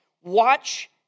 watch